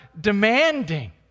demanding